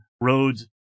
roads